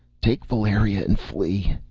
take valeria and flee!